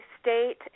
state